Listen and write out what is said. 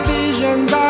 visions